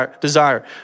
desire